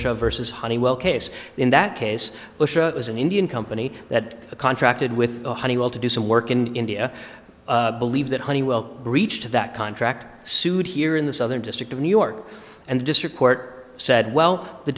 vs honeywell case in that case it was an indian company that contracted with a honeywell to do some work in india believe that honeywell breached that contract sued here in the southern district of new york and the district court said well the